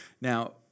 Now